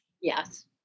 Yes